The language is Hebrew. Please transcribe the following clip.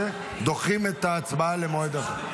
דוחים את ההצבעה למועד אחר.